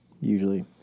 usually